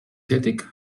fertig